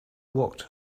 walked